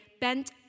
bent